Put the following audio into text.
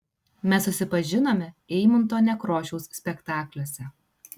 mes susipažinome eimunto nekrošiaus spektakliuose